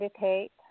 meditate